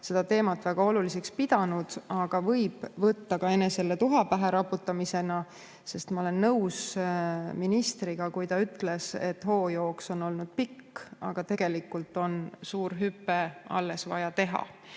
seda teemat väga oluliseks pidanud, aga võib võtta ka enesele tuha pähe raputamisena, sest ma olen nõus ministriga, kui ta ütles, et hoojooks on olnud pikk, aga tegelikult on suur hüpe alles vaja teha.